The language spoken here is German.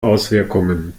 auswirkungen